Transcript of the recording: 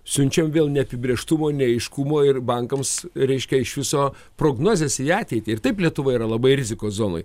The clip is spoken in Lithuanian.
siunčiam vėl neapibrėžtumo neaiškumo ir bankams reiškia iš viso prognozės į ateitį ir taip lietuva yra labai rizikos zonoj